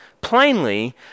Plainly